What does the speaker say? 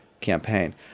campaign